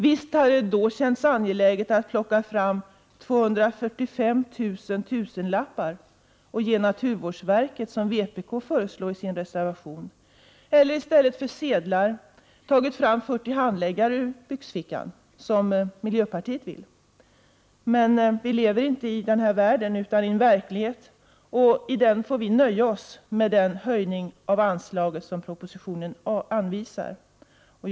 Visst hade det då känts angeläget att plocka fram 245 000 tusenlappar och ge naturvårdsverket, som vpk föreslår i sin reservation, eller i stället för sedlar ta fram 40 handläggare ur byxfickan, som miljöpartiet vill. Tyvärr lever vi inte i en sådan värld utan i en verklighet där vi får nöja oss med den höjning av anslaget som anvisas i propositionen.